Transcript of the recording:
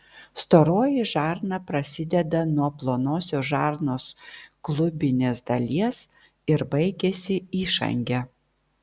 storoji žarna prasideda nuo plonosios žarnos klubinės dalies ir baigiasi išange